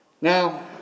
Now